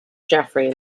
geoffrey